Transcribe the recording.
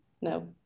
No